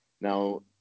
now